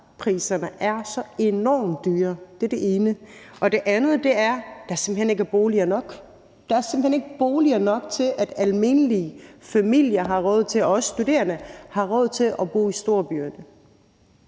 i dag er så enormt høje. Det er det ene. Det andet er, at der simpelt hen ikke er boliger nok. Der er simpelt hen ikke boliger nok til, at almindelige familier og studerende har råd til at bo i storbyerne.